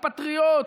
הפטריוט,